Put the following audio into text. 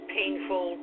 painful